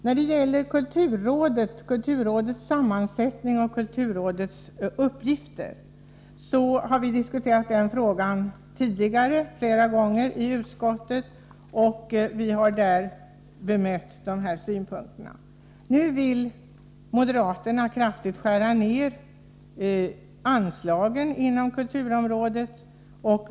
När det gäller kulturrådets sammansättning och uppgifter har vi diskuterat frågan flera gånger tidigare i utskottet. Vi har där bemött de framförda synpunkterna. Nu vill moderaterna kraftigt skära ner anslagen inom kulturområdet.